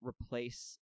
replace